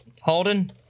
Holden